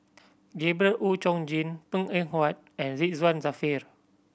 Gabriel Oon Chong Jin Png Eng Huat and Ridzwan Dzafir